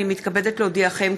הינני מתכבדת להודיעכם,